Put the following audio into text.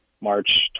March